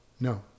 No